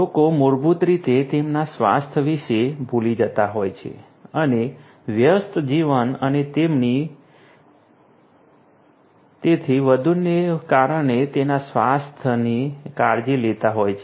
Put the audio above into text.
લોકો મૂળભૂત રીતે તેમના સ્વાસ્થ્ય વિશે ભૂલી જતા હોય છે અને વ્યસ્ત જીવન અને તેથી વધુને કારણે તેમના સ્વાસ્થ્યની કાળજી લેતા હોય છે